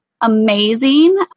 amazing